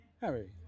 Harry